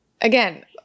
Again